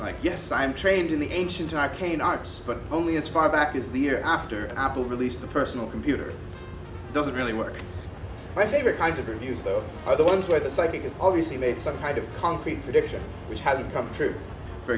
like yes i'm trained in the ancient type canucks but only as far back as the year after apple released the personal computer doesn't really work my favorite kinds of reviews though are the ones where the psychic is obviously made some kind of concrete prediction which has come true for